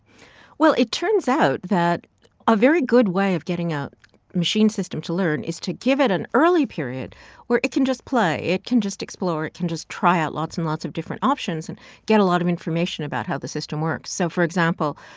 well, it turns out that a very good way of getting a machine system to learn is to give it an early period where it can just play. it can just explore. it can just try out lots and lots of different options and get a lot of information about how the system works. so for example,